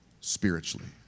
spiritually